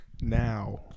now